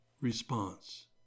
response